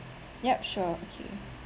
yup sure okay